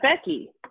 Becky